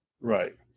Right